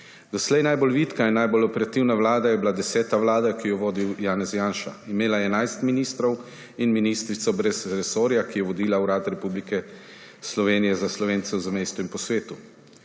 Doslej najbolj vitka in najbolj operativna vlada je bila 10. vlada, ki jo je vodil Janez Janša. Imela je 11 ministrov in ministrico brez resorja, ki je vodila Urad Republike Slovenije za Slovence v zamejstvu in po svetu.